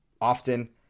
often